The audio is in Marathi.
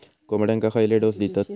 कोंबड्यांक खयले डोस दितत?